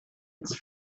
its